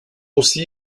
aussi